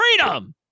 freedom